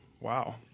Wow